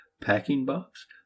packing-box